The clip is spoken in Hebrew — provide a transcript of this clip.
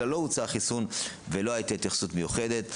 כלל לא הוצע החיסון ולא הייתה התייחסות מיוחדת.